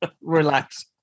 relax